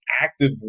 active